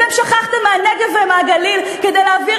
אתם שכחתם מהנגב ומהגליל כדי להעביר